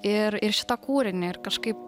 ir ir šitą kūrinį ir kažkaip